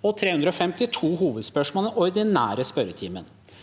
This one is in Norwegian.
og 352 hovedspørsmål i den ordinære spørretimen.